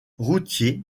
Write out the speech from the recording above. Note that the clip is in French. routier